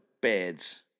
beds